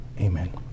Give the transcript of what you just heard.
amen